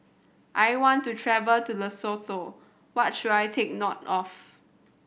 I want to travel to Lesotho what should I take note of